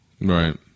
Right